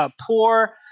poor